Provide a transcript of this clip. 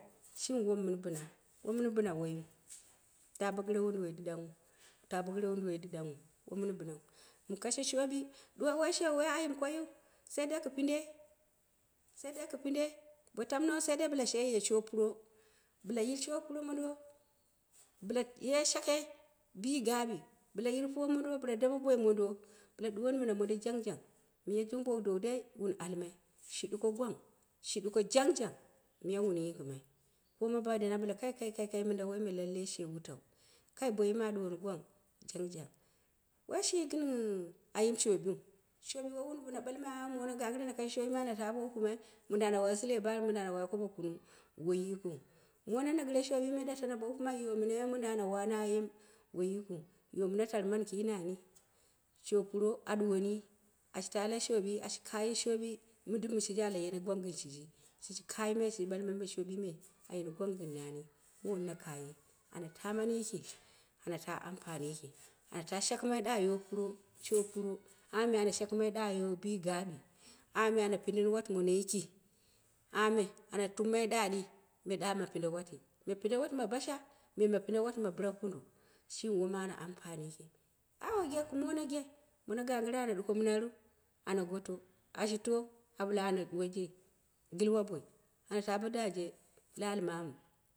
Shinne wom mɨn bina, womin ta bo gire wunduwoi ɗii ɗanghu wo min binau, woi shoowi ayim koiu, sai dai pɨnde x9, bo sai dai bila she ye shoowi puro, bila yil shoowi mondu bila ye shagke bii gaawi bila yil puwa mondo bil dame boi mondo bila ɗuwo ni mina mondo jang jang miya jung bowu dowu dai wun almai shi duko gwang shi ɗuko jang jang miga wun yingimai, koma ba do shi ɓalmai kai kai kai kai minda woi me, lalle shi she wutau kai boyi me a ɗuwoni gwang jang jang woi shi gɨn ayim shoobiu shoobi wo min bina ah moone gang gɨtr koonbu me ana ta ɓo wupɨma, mondin ana wai sule baat, monding ana wai kobo kunung, woi yikiu, mone ne gɨre shoowii me kanje, yo mina mondin ana wani ayim, woi yikiu, yowo mina tarmani kii nani shoowi puro a ɗuwoni ashi taa le shoopi ashi kaaye shooɓi mɗn ɗɨm. Shiji ala aye yerei gwang gɨn shiji, shiji kayi mai shiji ɓalmai me shoob ii one ayino gwang gɨn naa ni, mona kaaghe ana tamanu mina yiki ana ampani yiki, anata shakimai da yoopura, shoowi pun amma ana shakɨma ɗayo gaaɓi amma me ana pindini wati mono jiki, ah me ana tummai ɗaɗei ɗa ma pinde wati, pinde wati ma basha, me ma pinde wati ma bɨrakondo, shimi woma ana ampani yiki ah lekɨ mnono ge mono gngɨre ana ɗuko mina ru? Ana goto, ashi to a ɓali ana ɗii gilwa boi ana taa bo dangje la ali mamu.